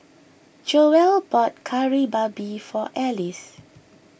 Joell bought Kari Babi for Elise